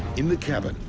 in the cabin,